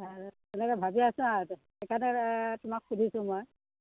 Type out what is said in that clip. আ তেনেকৈ ভাবি আছোঁ আৰু সেইকাৰণে তোমাক সুধিছোঁ মই